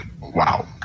Wow